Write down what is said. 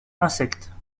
insectes